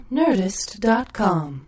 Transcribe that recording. nerdist.com